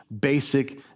basic